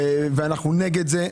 אנו נגד זה.